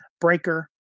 Breaker